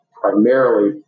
primarily